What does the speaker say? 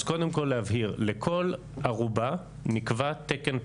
אז קודם כל להבהיר, לכל ארובה נקבע תקן פליטה.